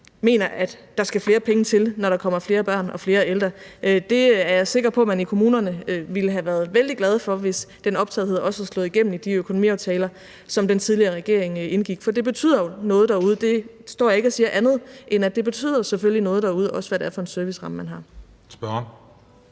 mener, at der skal flere penge til, når der kommer flere børn og flere ældre. Der er jeg sikker på, at man i kommunerne ville have været vældig glade, hvis den optagethed også havde slået igennem i de økonomiaftaler, som den tidligere regering indgik. For det betyder noget derude – jeg står ikke og siger andet, end at det selvfølgelig også betyder noget derude, hvad det er for en serviceramme, man har. Kl.